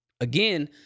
Again